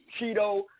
Cheeto